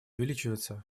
увеличиваться